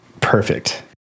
perfect